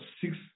six